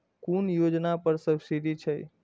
कुन योजना पर सब्सिडी छै?